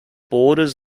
borders